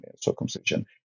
circumcision